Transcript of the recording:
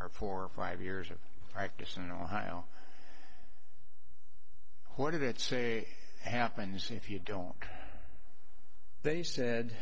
or four or five years of practice in ohio what did it say happens if you don't they said